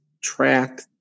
track